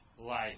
life